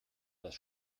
das